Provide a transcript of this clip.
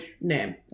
name